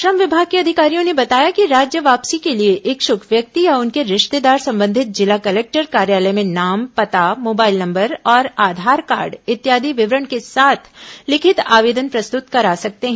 श्रम विभाग के अधिकारियों ने बताया कि राज्य वापसी के लिए इच्छुक व्यक्ति या उनके रिश्तेदार संबंधित जिला कलेक्टर कार्यालय में नाम पता मोबाइल नंबर और आधार कार्ड इत्यादि विवरण के साथ लिखित आवेदन प्रस्तुत करा सकते हैं